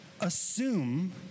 assume